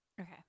Okay